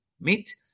meet